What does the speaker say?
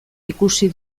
ikusi